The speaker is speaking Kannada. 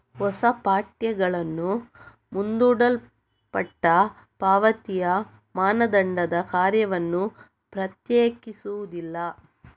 ಹೊಸ ಪಠ್ಯಗಳು ಮುಂದೂಡಲ್ಪಟ್ಟ ಪಾವತಿಯ ಮಾನದಂಡದ ಕಾರ್ಯವನ್ನು ಪ್ರತ್ಯೇಕಿಸುವುದಿಲ್ಲ